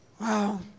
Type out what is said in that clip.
Wow